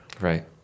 right